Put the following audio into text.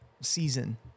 season